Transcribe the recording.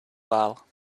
well